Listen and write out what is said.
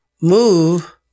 move